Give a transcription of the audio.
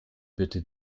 bitte